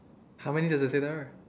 how many does it say there